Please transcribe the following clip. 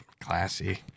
classy